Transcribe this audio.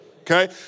okay